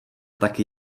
taky